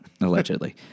allegedly